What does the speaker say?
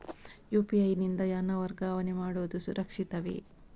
UPI ಯಿಂದ ಹಣ ವರ್ಗಾವಣೆ ಮಾಡುವುದು ಸುರಕ್ಷಿತವೇ?